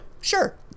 Sure